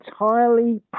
entirely